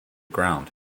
ground